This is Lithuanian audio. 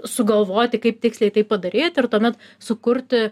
sugalvoti kaip tiksliai tai padaryt ir tuomet sukurti